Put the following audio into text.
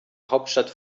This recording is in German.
hauptstadt